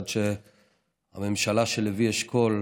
עד שהממשלה של לוי אשכול,